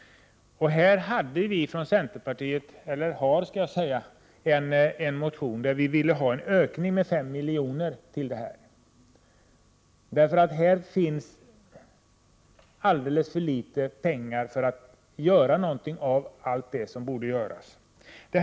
Centerpartiet har väckt en motion om att anslaget till detta skall ökas med 5 milj.kr. Här finns det nämligen alldeles för litet pengar för att man skall kunna göra någonting av allt det som borde göras.